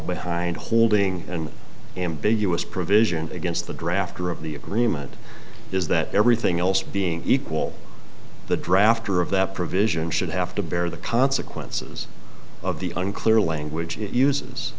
behind holding and ambiguous provision against the drafter of the agreement is that everything else being equal the drafter of that provision should have to bear the consequences of the unclear language it uses